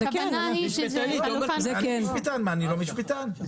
מה, אני לא משפטן?